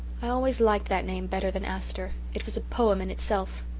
i always liked that name better than aster' it was a poem in itself.